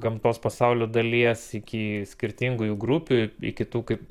gamtos pasaulio dalies iki skirtingų jų grupių iki kaip